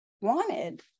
wanted